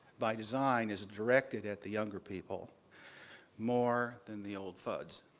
by design, is directed at the younger people more than the old thuds.